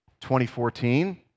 2014